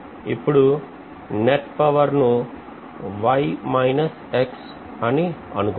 ఇప్పుడు net power ను అని అనుకుందాం